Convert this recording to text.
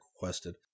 requested